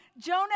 Jonah